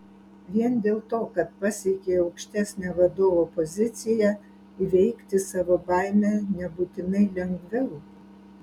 vien dėl to kad pasiekei aukštesnę vadovo poziciją įveikti savo baimę nebūtinai lengviau